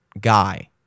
guy